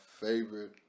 favorite